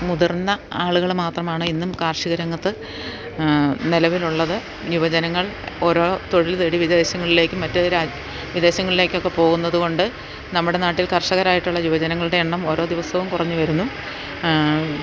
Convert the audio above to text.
മുതിർന്ന ആളുകള് മാത്രമാണ് ഇന്നും കാർഷികരംഗത്ത് നിലവിലുള്ളത് യുവജനങ്ങൾ ഓരോ തൊഴിൽ തേടി വിദേശങ്ങളിലേക്കൊക്കെ പോകുന്നതുകൊണ്ട് നമ്മുടെ നാട്ടിൽ കർഷകരായിട്ടുള്ള യുവജനങ്ങളുടെ എണ്ണം ഓരോ ദിവസവും കുറഞ്ഞുവരുന്നു